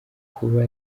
kuba